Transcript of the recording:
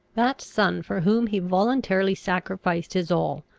that son for whom he voluntarily sacrificed his all,